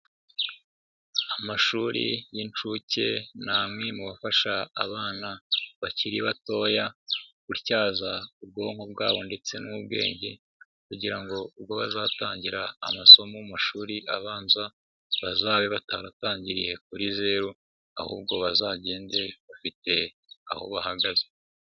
Amashuri y'incuke ni amwe mu bifasha abana bakiri batoya gutyaza ubwonko bwabo ndetse n'ubwenge; kugira ngo ubwo bazatangira amasomo mu mashuri abanza bazabe bataratangiriye kuri zeru; ahubwo bazagende bafite aho bahagaze.